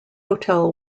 hotel